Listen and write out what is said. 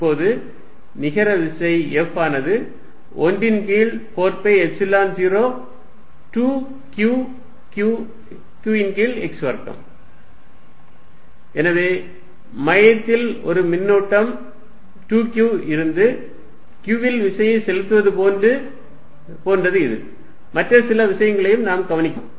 இப்போது நிகர விசை F ஆனது 1 ன் கீழ் 4 பை எப்சிலன் 0 2 Q q ன் கீழ் x வர்க்கம் F14π02Qqxxx2 எனவே மையத்தில் ஒரு மின்னூட்டம் 2 q இருந்து q இல் விசையை செலுத்துவது போன்றது மற்ற சில விஷயங்களை நாம் கவனிக்கிறோம்